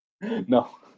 No